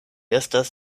estas